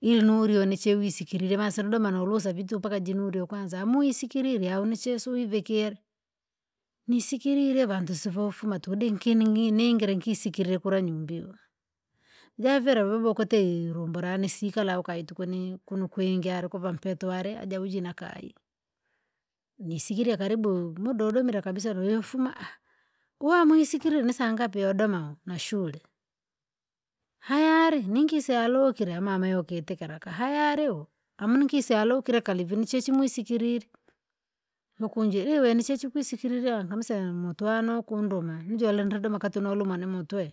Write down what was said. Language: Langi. ili nuryo nichewisikilile mana sinodoma nurusa vitu paka jinuryo kwanza amuisikilile aunichesu ivikira. Nisikilile vantu sivofuma tukudinkiningi ningire nkisikilie kula nyumbi wa, javila vyabowa kuti ililumbulane sikala ukaituku ni- kunu kwingi alikuva mpetuale ajeujina na kayi. Nisikile karibu muda udomira kabisa lwuifuma uwa mwisikile ni saangapi? Yodoma nashule, hayale nyingise alukile amama yokitikira kaa hayaleu amuna nkisi alukire kari vinichechi mwisikilile, nukunji iwenisechu kwisikilira kamseya mutwanu ukunduma ninjole ndra doma akati nuluma nimutwe.